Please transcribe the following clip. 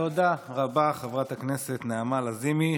תודה רבה, חברת הכנסת נעמה לזימי.